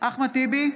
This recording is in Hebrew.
אחמד טיבי,